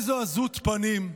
איזו עזות פנים.